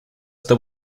there